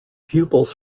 pupils